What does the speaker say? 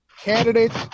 candidates